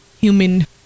human